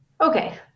Okay